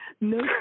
No